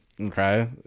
Okay